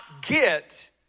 get